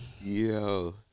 Yo